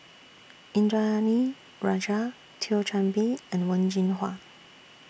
Indranee Rajah Thio Chan Bee and Wen Jinhua